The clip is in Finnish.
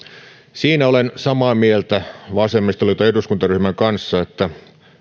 siinä olen samaa mieltä vasemmistoliiton eduskuntaryhmän kanssa että